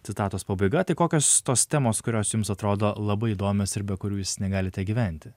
citatos pabaiga tai kokios tos temos kurios jums atrodo labai įdomios ir be kurių jūs negalite gyventi